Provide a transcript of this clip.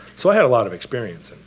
so i had a lot of experience in